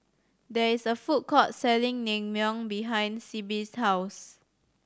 there is a food court selling Naengmyeon behind Sibbie's house